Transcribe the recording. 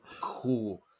cool